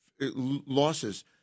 losses